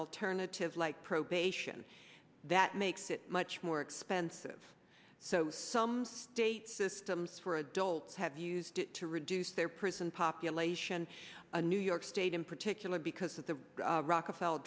alternative like probation that it makes it much more expensive so some state systems for adults have used it to reduce their prison population a new york state in particular because of the rockefeller